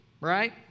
right